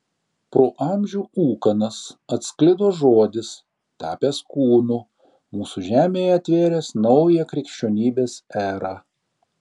pro amžių ūkanas atsklido žodis tapęs kūnu mūsų žemėje atvėręs naują krikščionybės erą